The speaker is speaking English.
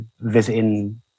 visiting